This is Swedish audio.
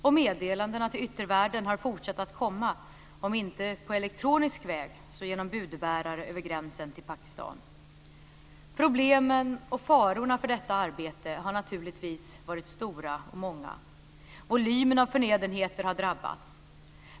Och meddelandena till yttervärlden har fortsatt att komma, om inte på elektronisk väg så genom budbärare över gränsen till Pakistan. Problemen och farorna för detta arbete har naturligtvis varit stora och många. Volymen av förnödenheter har drabbats.